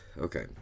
Okay